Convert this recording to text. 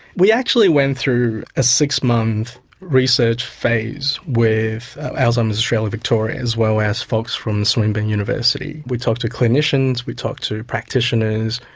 we actually went through a six-month research phase with alzheimer's australia victoria, as well as folks from swinburne university. we talked to clinicians, we talked to practitioners,